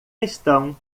estão